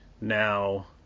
now